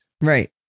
Right